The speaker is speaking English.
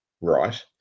right